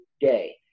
day